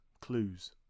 clues